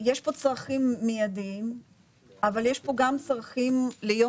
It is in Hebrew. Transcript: יש פה צרכים מיידיים אבל יש פה גם צרכים ליום